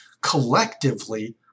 collectively